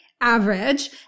average